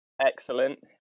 Excellent